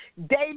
David